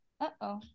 Uh-oh